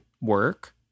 work